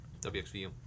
Wxvu